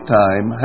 time